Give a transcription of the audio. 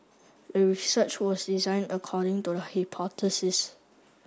the research was designed according to the hypothesis